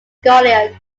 scholar